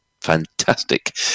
fantastic